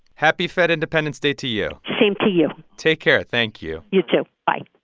happy fed independence day to you same to you take care. thank you you, too. bye